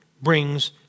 brings